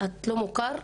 את לא מוכרת,